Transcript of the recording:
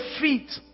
feet